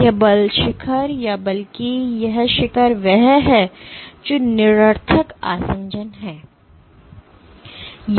तो यह बल शिखर या बल्कि यह शिखर वह है जो निरर्थक आसंजन है